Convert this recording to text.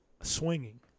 swinging